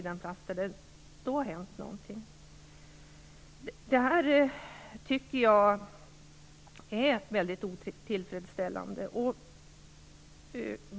Detta är väldigt otillfredsställande.